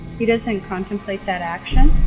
he doesn't contemplate that action.